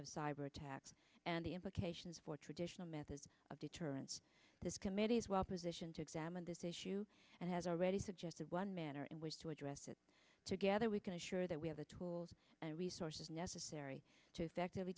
cyber attacks and the implications for traditional methods of deterrence this committee is well positioned to examine this issue and has already suggested one manner in which to address it together we can assure that we have the tools and resources necessary to effectively